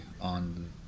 on